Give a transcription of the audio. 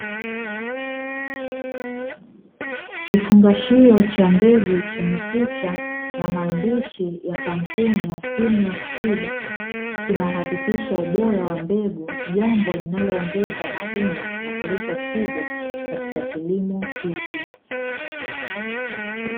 Kifungashio cha mbegu chenye picha na maandishi ya kampuni ya 'simlo seed', kinahakikisha ubora wa mbegu jambo linaloongeza mavuno na kuleta tija katika kilimo hiki.